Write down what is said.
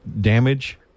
damage